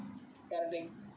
that kind of thing